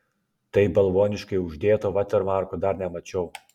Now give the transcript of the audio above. taip balvoniškai uždėto vatermarko dar nemačiau